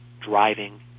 driving